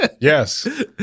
Yes